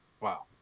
Wow